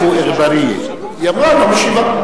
היא אמרה: לא משיבה.